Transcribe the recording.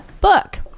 book